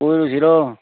ꯀꯣꯏꯔꯨꯁꯤꯔꯣ